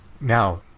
Now